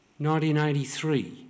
1983